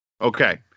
Okay